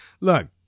Look